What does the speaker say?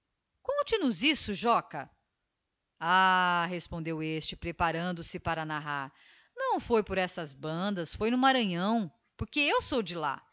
ao mulato conte-nos isso joca ah respondeu este preparando-se para narrar não foi por estas bandas foi no maranhão porque eu sou de lá